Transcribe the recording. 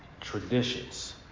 traditions